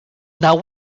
now